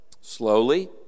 Slowly